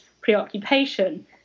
preoccupation